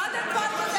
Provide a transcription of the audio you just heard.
קודם כול,